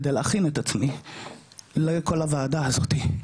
כדי להכין את עצמי לכל הוועדה הזאתי.